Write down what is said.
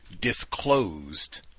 disclosed